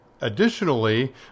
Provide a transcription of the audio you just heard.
Additionally